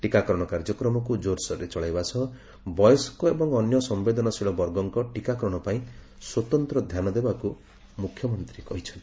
ଟିକାକରଣ କାର୍ଯ୍ୟକ୍ରମକୁ ଜୋର୍ସୋରରେ ଚଲାଇବା ସହ ବୟସ୍କ ଏବଂ ଅନ୍ୟ ସମ୍ଭେଦନଶୀଳ ବର୍ଗଙ୍କ ଟିକାକରଣ ପାଇଁ ଟିକାକରଣ କ୍ଷେତ୍ରରେ ସ୍ୱତନ୍ତ୍ ଧ୍ୟାନ ଦେବାକୁ ମୁଖ୍ୟମନ୍ତ୍ରୀ କହିଚ୍ଚନ୍ତି